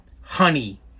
honey